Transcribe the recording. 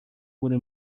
would